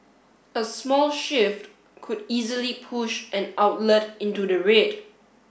a small shift could easily push an outlet into the red